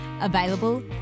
available